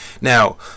Now